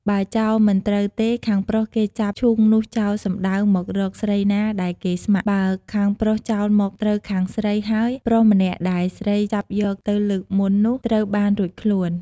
បើចោលមិន ត្រូវទេ ខាងប្រុសគេចាប់ឈូងនោះចោលសំដៅមករកស្រីណាដែលគេស្ម័គ្រ បើខាងប្រុសចោលមកត្រូវខាងស្រី ហើយ ប្រុសម្នាក់ដែលស្រីចាប់យកទៅលើកមុននោះ ត្រូវបានរួចខ្លួន។